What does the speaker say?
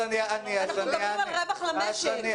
אנחנו מדברים על רווח למשק.